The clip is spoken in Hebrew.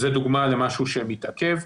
זו דוגמה למשהו שמתעכב.